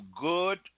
good